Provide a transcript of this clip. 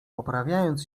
poprawiając